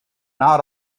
not